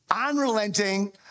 Unrelenting